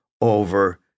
over